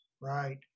Right